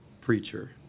preacher